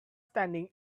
standing